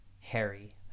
Harry